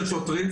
של שוטרים,